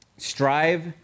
Strive